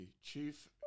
chief